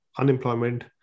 unemployment